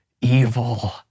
evil